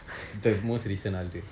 the most recent ஆளு:aalu